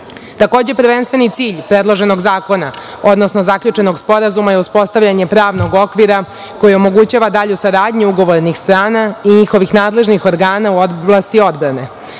svetu. Takođe, prvenstveni cilj predloženog zakona, odnosno zaključenog Sporazuma je uspostavljanje pravnog okvira koji omogućava dalju saradnju ugovornih strana i njihovih nadležnih organa u oblasti odbrane